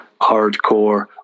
hardcore